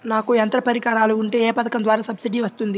నాకు యంత్ర పరికరాలు ఉంటే ఏ పథకం ద్వారా సబ్సిడీ వస్తుంది?